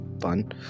fun